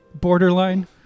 borderline